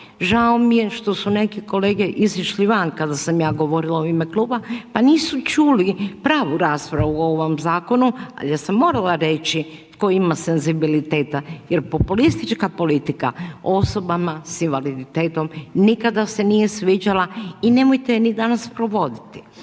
Žao mi je šta su neki kolege izišli van kada sam ja govorila u ime kluba pa nisu čuli pravu raspravu u ovom zakonu ali ja sam morala reći tko ima senzibiliteta jer populistička politika osobama sa invaliditetom nikada se nije sviđala i nemojte ni danas provoditi.